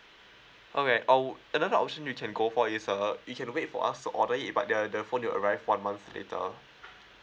alright our another option you can go for is uh you can wait for us to order it but the the phone will arrive one month later